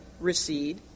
recede